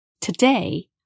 Today